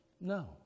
No